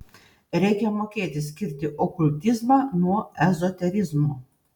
reikia mokėti skirti okultizmą nuo ezoterizmo